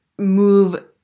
move